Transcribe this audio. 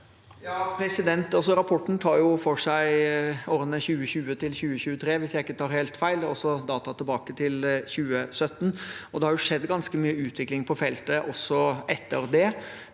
Rappor- ten tar for seg årene 2020–2023, hvis jeg ikke tar helt feil, og det er også data tilbake til 2017. Det har skjedd ganske mye utvikling på feltet også etter det.